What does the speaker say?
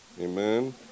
Amen